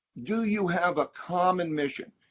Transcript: do you have a common mission?